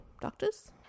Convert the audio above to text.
doctors